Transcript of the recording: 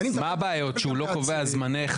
אני רוצה להסביר מה ההבדל בין ועדת צדוק לבין